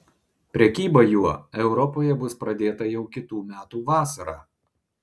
prekyba juo europoje bus pradėta jau kitų metų vasarą